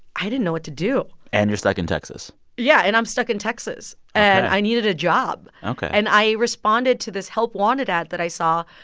i didn't know what to do and you're stuck in texas yeah. and i'm stuck in texas ok and i needed a job ok and i responded to this help-wanted ad that i saw.